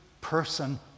person